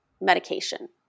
medication